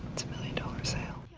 million dollar sale.